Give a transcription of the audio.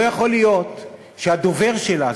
לא יכול להיות שהדובר שלה,